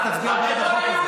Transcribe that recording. אז תצביע בעד החוק הזה.